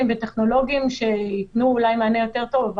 וטכנולוגיים שאולי ייתנו מענה יותר טוב,